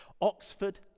Oxford